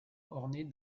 ornés